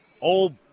Old